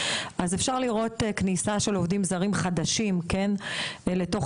אפשר לראות כניסה של עובדים זרים חדשים לתוך